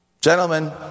Gentlemen